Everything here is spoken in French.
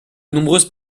nombreuses